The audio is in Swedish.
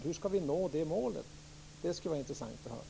Hur skall vi nå det målet? Det skulle vara intressant att höra.